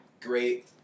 great